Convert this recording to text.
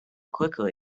quickly